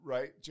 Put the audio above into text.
Right